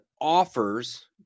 offers